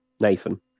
Nathan